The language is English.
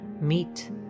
meet